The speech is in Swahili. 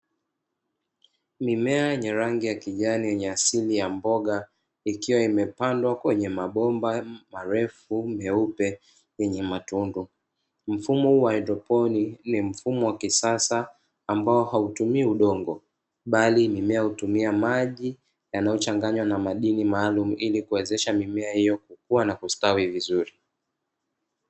Mimea yenye rangi ya kijani yenye asili ya mboga ikiwa imepandwa kwenye mabomba marefu meupe yenye matundu. Mfumo huu wa haidroponi ni mfumo wa kisasa ambao hautumii udongo bali mimea hutumia maji yanayochanganywa na madini maalumu ili kuwezesha mimea hiyo kukua na kustawi vizuri.